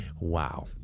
wow